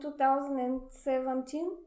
2017